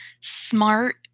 smart